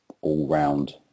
all-round